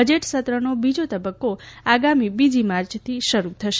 budget સત્રનો બીજો તબક્કો આગામી બીજી માર્ચથી શરૂ થશે